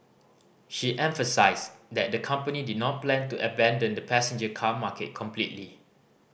she emphasised that the company did not plan to abandon the passenger car market completely